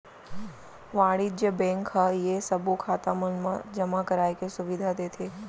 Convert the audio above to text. वाणिज्य बेंक ह ये सबो खाता मन मा जमा कराए के सुबिधा देथे